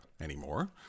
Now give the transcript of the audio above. anymore